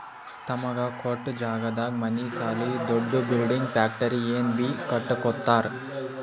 ತಮಗ ಕೊಟ್ಟ್ ಜಾಗದಾಗ್ ಮನಿ ಸಾಲಿ ದೊಡ್ದು ಬಿಲ್ಡಿಂಗ್ ಫ್ಯಾಕ್ಟರಿ ಏನ್ ಬೀ ಕಟ್ಟಕೊತ್ತರ್